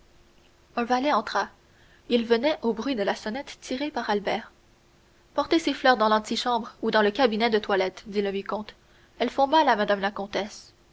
un valet entra il venait au bruit de la sonnette tirée par albert portez ces fleurs dans l'antichambre ou dans le cabinet de toilette dit le vicomte elles font mal à mme la comtesse